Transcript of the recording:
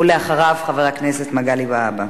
אחריו, חבר הכנסת מגלי והבה.